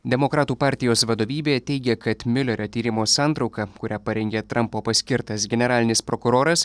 demokratų partijos vadovybė teigia kad miulerio tyrimo santrauka kurią parengė trampo paskirtas generalinis prokuroras